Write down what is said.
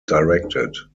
directed